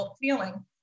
feeling